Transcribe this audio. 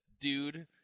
Dude